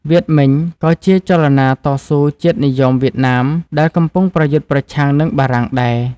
វៀតមិញក៏ជាចលនាតស៊ូជាតិនិយមវៀតណាមដែលកំពុងប្រយុទ្ធប្រឆាំងនឹងបារាំងដែរ។